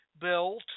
built